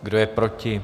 Kdo je proti?